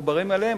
מחוברים אליהם,